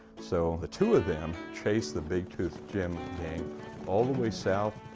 so the two of them chased the big tooth jim gang all the way south.